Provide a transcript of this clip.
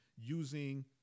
using